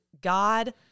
God